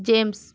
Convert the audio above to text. james